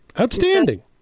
outstanding